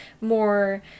more